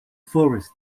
forest